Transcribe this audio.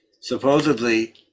supposedly